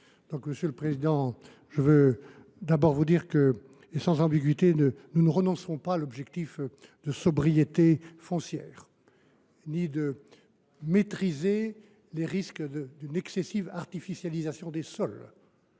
monsieur le président, je vous dirai d’emblée, sans ambiguïté, que nous ne renoncerons pas à l’objectif de sobriété foncière. Nous devons maîtriser les risques d’une excessive artificialisation des sols.